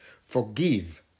Forgive